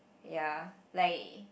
ya like